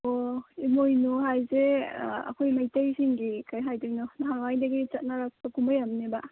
ꯑꯣ ꯏꯃꯣꯏꯅꯨ ꯍꯥꯏꯁꯦ ꯑꯩꯈꯣꯏ ꯃꯩꯇꯩꯁꯤꯡ ꯀꯩ ꯍꯥꯏꯗꯣꯏꯅꯣ ꯅꯍꯥꯟꯋꯥꯏꯗꯒꯤ ꯆꯠꯅꯔꯛꯄ ꯀꯨꯝꯍꯩ ꯑꯃꯅꯦꯕ